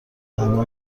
هوا